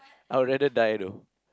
I'll rather die though